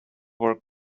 were